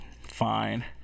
fine